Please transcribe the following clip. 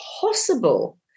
possible